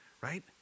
right